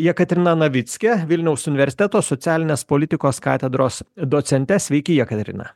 jekaterina navicke vilniaus universiteto socialinės politikos katedros docente sveiki jekaterina